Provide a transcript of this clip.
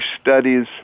studies